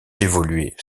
évoluer